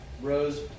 rose